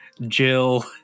Jill